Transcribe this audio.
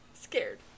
scared